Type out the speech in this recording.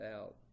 out